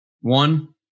One